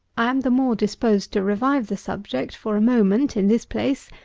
i am the more disposed to revive the subject for a moment, in this place,